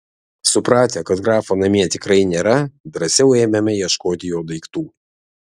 supratę kad grafo namie tikrai nėra drąsiau ėmėme ieškoti jo daiktų